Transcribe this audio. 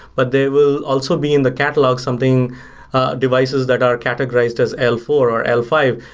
but they will also be in the catalog, something devices that are categorized as l four or l five,